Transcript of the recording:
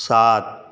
સાત